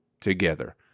together